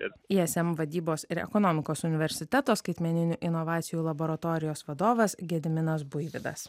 ir ism vadybos ir ekonomikos universiteto skaitmeninių inovacijų laboratorijos vadovas gediminas buivydas